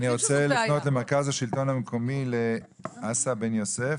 אני רוצה לפנות למרכז השלטון המקומי לאסא בן יוסף,